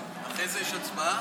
ועכשיו יש לי הזדמנות